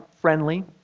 friendly